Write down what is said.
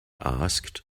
asked